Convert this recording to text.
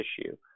issue